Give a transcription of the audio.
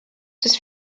des